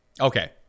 Okay